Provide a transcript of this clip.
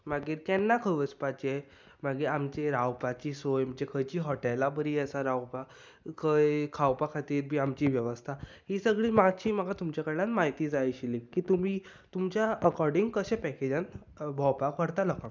मागीर केन्ना खंय वचपाचें मागीर आमची रावपाची सोय म्हणजे खंयचीं हाॅटेलां बरी आसात रावपाक खंय खावपा खातीर बी आमची वेवस्था ही सगली मातशी म्हाका तुमचे कडल्यान म्हायती जाय आशिल्ली की तुमी तुमच्या अकाॅर्डिंग कशें पॅकेजान भोंवपाक व्हरता लोकांक